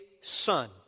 son